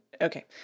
Okay